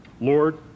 Lord